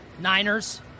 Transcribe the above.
Niners